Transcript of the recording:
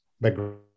background